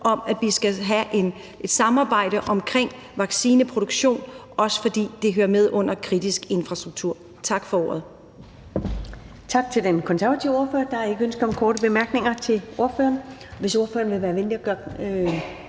om, at vi skal have et samarbejde omkring vaccineproduktion, også fordi det hører med under kritisk infrastruktur. Tak for ordet.